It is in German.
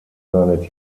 seine